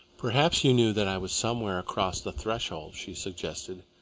perhaps you knew that i was somewhere across the threshold, she suggested.